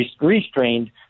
restrained